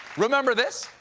remember this?